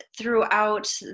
throughout